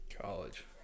College